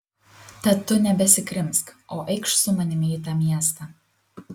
tad tu nebesikrimsk o eikš su manimi į tą miestą